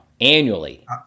Annually